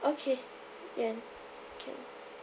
okay can can